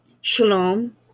Shalom